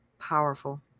Powerful